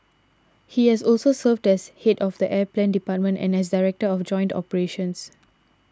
he has also served as head of the air plan department and as director of joint operations